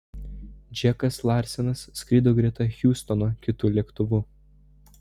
džekas larsenas skrido greta hiustono kitu lėktuvu